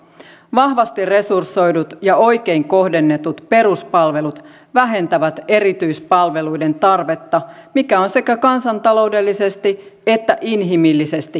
vahvasti resursoidut ja oikein kohdennetut peruspalvelut vähentävät erityispalveluiden tarvetta mikä on sekä kansantaloudellisesti että inhimillisesti kestävää politiikkaa